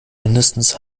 mindestens